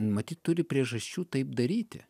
matyt turi priežasčių taip daryti